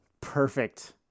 Perfect